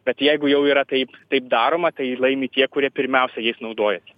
bet jeigu jau yra taip taip daroma tai laimi tie kurie pirmiausia jais naudojasi